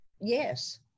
Yes